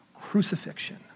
crucifixion